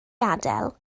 adael